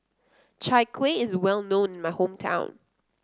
Chai Kuih is well known in my hometown